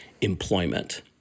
employment